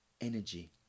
energy